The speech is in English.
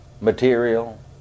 material